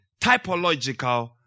typological